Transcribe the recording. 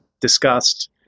discussed